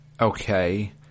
Okay